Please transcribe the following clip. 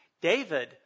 David